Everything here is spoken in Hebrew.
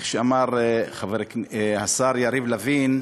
כמו שאמר השר יריב לוין,